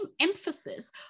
emphasis